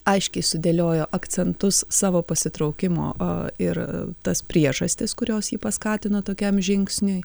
aiškiai sudėliojo akcentus savo pasitraukimo o ir tas priežastis kurios jį paskatino tokiam žingsniui